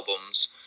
albums